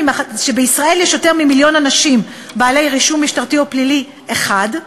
שבישראל יש יותר ממיליון אנשים בעלי רישום משטרתי או פלילי אחד,